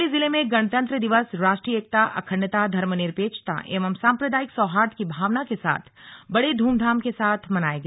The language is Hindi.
चमोली जिले में गणतंत्र दिवस राष्ट्रीय एकता अखण्डता धर्मनिरपेक्षता एवं सांप्रदायिक सौहार्द की भावना के साथ बडे ध्रमधाम के साथ मानाया गया